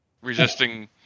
resisting